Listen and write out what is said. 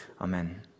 Amen